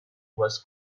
was